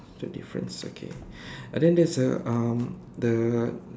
so difference okay uh then there is a um the